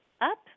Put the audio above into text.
up